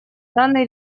данной